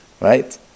Right